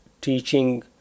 teaching